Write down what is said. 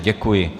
Děkuji.